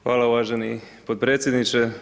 Hvala uvaženi potpredsjedniče.